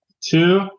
Two